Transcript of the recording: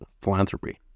philanthropy